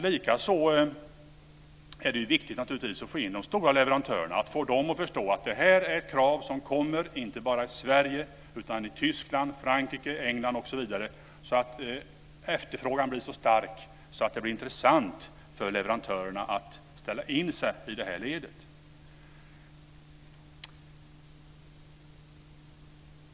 Likaså är det naturligtvis viktigt att få de stora leverantörerna att förstå att det här är krav som kommer, inte bara i Sverige utan också i Tyskland, Frankrike England osv., och att efterfrågan blir så stark att det blir intressant att ställa in sig i ledet.